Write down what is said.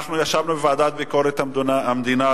ישבנו בוועדה לביקורת המדינה,